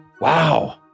Wow